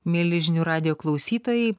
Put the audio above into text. mieli žinių radijo klausytojai